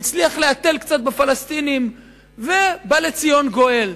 הצליח להתל קצת בפלסטינים ובא לציון גואל.